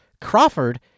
Crawford